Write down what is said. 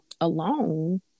alone